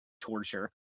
torture